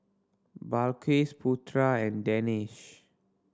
Balqis Putra and Danish